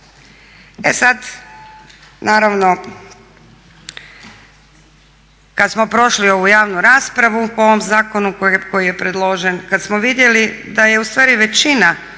E sad, naravno kad smo prošli ovu javnu raspravu po ovom zakonu koji je predložen, kad smo vidjeli da je ustvari većina